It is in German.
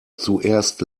zuerst